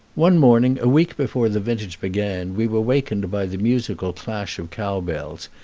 one morning, a week before the vintage began, we were wakened by the musical clash of cow-bells,